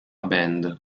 band